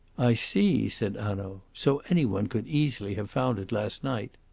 i see, said hanaud. so any one could easily, have found it last night?